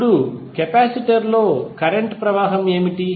ఇప్పుడు కెపాసిటర్లో కరెంట్ ప్రవాహం ఏమిటి